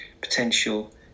potential